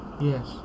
Yes